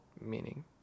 meaning